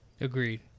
Agreed